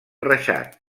reixat